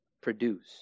produce